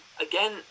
again